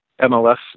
MLS